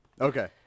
Okay